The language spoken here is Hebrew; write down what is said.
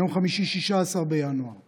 ביום חמישי 16 ביוני